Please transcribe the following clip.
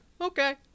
okay